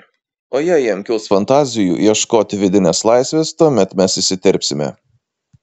o jei jam kils fantazijų ieškoti vidinės laisvės tuomet mes įsiterpsime